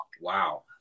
Wow